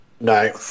No